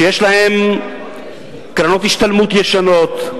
יש להם קרנות השתלמות ישנות,